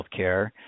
Healthcare